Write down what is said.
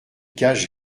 cache